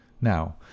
Now